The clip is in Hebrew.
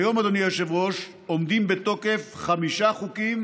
כיום, אדוני היושב-ראש, עומדים בתוקף חמישה חוקים